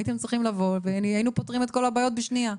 הייתם צריכים לבוא והיינו פותרים את כל הבעיות בשנייה.